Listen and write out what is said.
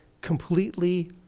completely